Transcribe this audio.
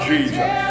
Jesus